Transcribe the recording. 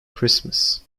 christmas